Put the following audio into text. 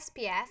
SPF